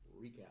recap